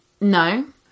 no